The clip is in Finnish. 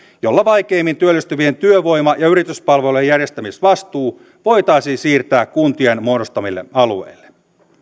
joilla vaikeimmin työllistyvien työvoima ja yrityspalvelujen järjestämisvastuu voitaisiin siirtää kuntien muodostamille alueille